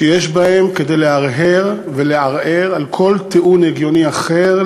שיש בהם כדי להרהר ולערער על כל טיעון הגיוני אחר,